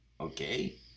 Okay